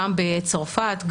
גם בצרפת,